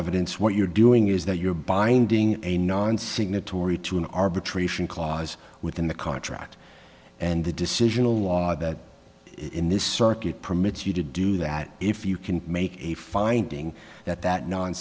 evidence what you're doing is that you're binding a non signatory to an arbitration clause within the contract and the decisional law that in this circuit permits you to do that if you can make a finding that that non